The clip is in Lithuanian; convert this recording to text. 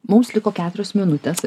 mums liko keturios minutės